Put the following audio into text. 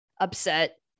upset